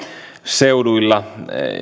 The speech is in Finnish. seuduilla